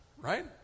right